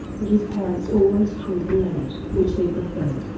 but his parents always called him leonard, which they preferred.